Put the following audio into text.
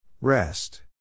Rest